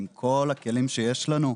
עם כל הכלים שיש לנו,